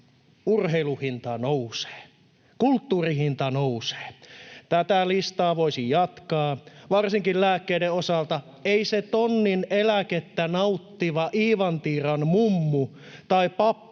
urheilun hinta nousee, kulttuurin hinta nousee. Tätä listaa voisi jatkaa varsinkin lääkkeiden osalta. Ei sitä tonnin eläkettä nauttivan Iivantiiran mummun tai papan